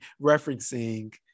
referencing